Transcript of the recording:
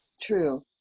True